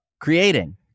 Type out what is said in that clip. creating